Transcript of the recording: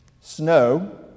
Snow